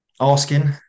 Asking